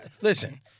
listen